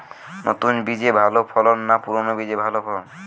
নতুন বীজে ভালো ফলন না পুরানো বীজে ভালো ফলন?